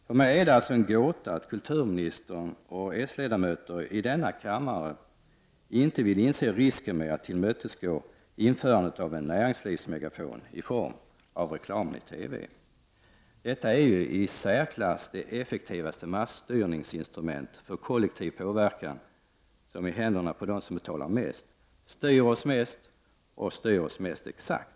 För mig är det en gåta att kulturministern och socialdemokratiska ledamöter i denna kammare inte vill inse risken med att tillmötesgå införandet av en näringslivsmegafon i form av reklam i TV. Detta är ju det i särklass effektivaste instrumentet för masstyrning och kollektiv påverkan, och det ligger i händerna på dem som betalar mest, styr oss mest och styr oss mest exakt.